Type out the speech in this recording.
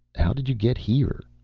how did you get here?